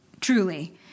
truly